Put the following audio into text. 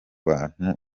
bantu